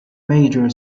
major